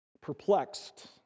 perplexed